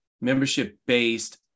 membership-based